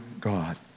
God